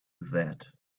that